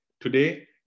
Today